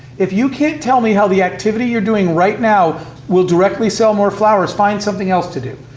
if you can't tell me how the activity you're doing right now will directly sell more flowers, find something else to do.